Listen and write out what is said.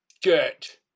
get